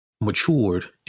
matured